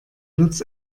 lutz